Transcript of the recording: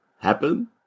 happen